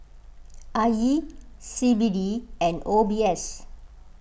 I E C B D and O B S